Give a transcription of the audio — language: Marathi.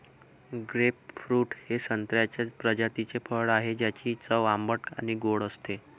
ग्रेपफ्रूट हे संत्र्याच्या प्रजातीचे फळ आहे, ज्याची चव आंबट आणि गोड असते